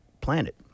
planet